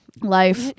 Life